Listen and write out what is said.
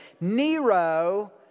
Nero